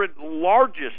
largest